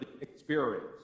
experience